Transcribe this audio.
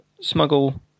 smuggle